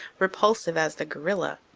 repulsive as the gorilla.